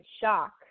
shock